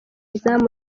izamu